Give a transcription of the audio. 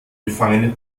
gefangene